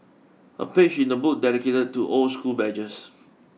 a page in the book dedicated to old school badges